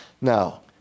Now